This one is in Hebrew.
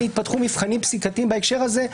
התפתחו מבחנים פסיקתיים בהקשר הזה.